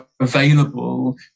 available